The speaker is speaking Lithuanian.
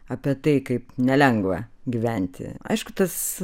apie tai kaip nelengva gyventi aišku tas